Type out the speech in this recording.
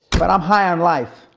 but i'm high on life.